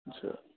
اچھا